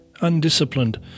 undisciplined